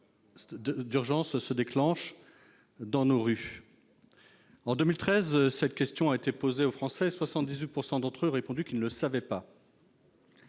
d'urgence se déclenche dans nos rues ? En 2013, cette question a été posée aux Français : 78 % d'entre eux ne le savaient pas.